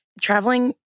traveling